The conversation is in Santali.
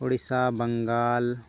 ᱩᱲᱤᱥᱥᱟ ᱵᱟᱝᱜᱟᱞ